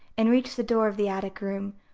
and reached the door of the attic room,